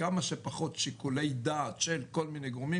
כמה שפחות שיקולי דעת של כל מיני גורמים